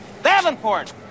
Davenport